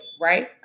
right